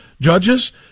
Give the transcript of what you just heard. judges